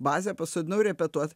bazę pasodinau repetuot